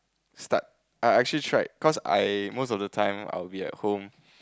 start I actually tried cause I most of the time I will be at home